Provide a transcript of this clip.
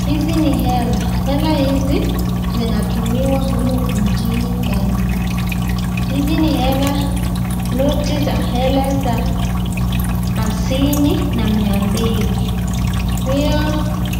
Hizi ni hela, hela hizi zinatumiwa humu nchini kenya. Hizi ni noti za hela za hamsini na mia mbili pia